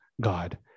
God